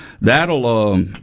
That'll